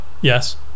yes